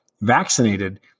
vaccinated